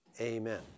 Amen